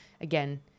again